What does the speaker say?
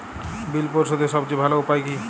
বিল পরিশোধের সবচেয়ে ভালো উপায় কী?